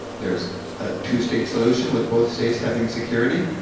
there's a two-state solution with both stages having security,